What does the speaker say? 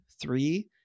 three